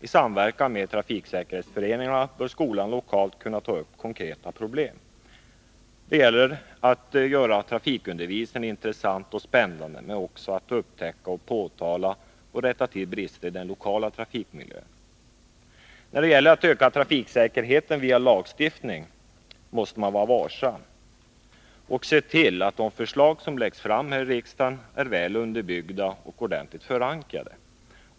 I samverkan med trafiksäkerhetsföreningarna bör skolan lokalt kunna ta upp konkreta problem. Det gäller att göra trafikundervisningen intressant och spännande, men också att upptäcka, påtala och rätta till brister i den lokala trafikmiljön. När det gäller att öka trafiksäkerheten via lagstiftning måste man vara varsam och se till, att de förslag som läggs fram här i riksdagen är väl underbyggda och ordentligt förankrade.